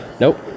Nope